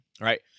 right